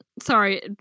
Sorry